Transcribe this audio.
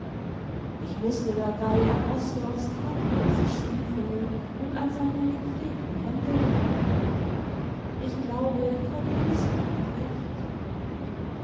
ich mußte dabei an osdorffs tadellose stiefel und an seine gepflegten hände denken ich glaube konni liesmann hat recht